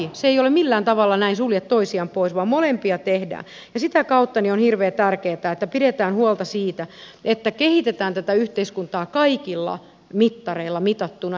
nämä eivät sulje toisiaan millään tavalla pois vaan molempia tehdään ja sitä kautta on hirveän tärkeätä että pidetään huolta siitä että kehitetään tätä yhteiskuntaa kaikilla mittareilla mitattuna